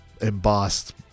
embossed